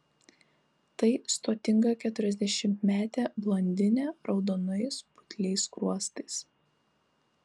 tai stotinga keturiasdešimtmetė blondinė raudonais putliais skruostais